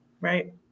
Right